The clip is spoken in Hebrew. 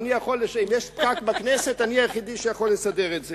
אם יש פקק בכנסת, אני היחידי שיכול לסדר את זה.